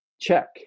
check